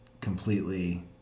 completely